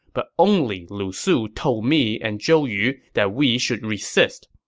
but only lu su told me and zhou yu that we should resist.